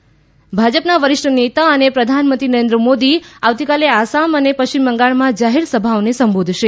PM Assam Paschim Bangal ભાજપના વરિષ્ઠ નેતા અને પ્રધાનમંત્રી નરેન્દ્ર મોદી આવતીકાલે આસામ અને પશ્ચિમ બંગાળમાં જાહેર સભાઓને સંબોધશે